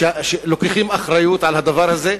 לוקחים אחריות על הדבר הזה,